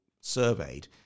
surveyed